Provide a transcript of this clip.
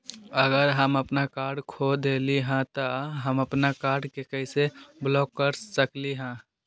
अगर हम अपन कार्ड खो देली ह त हम अपन कार्ड के कैसे ब्लॉक कर सकली ह?